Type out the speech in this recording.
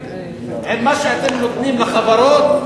עם מה שאתם נותנים לחברות,